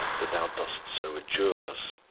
that thou dost so adjure us?